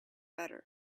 better